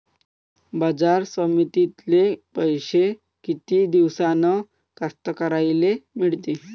बाजार समितीतले पैशे किती दिवसानं कास्तकाराइले मिळते?